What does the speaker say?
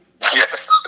Yes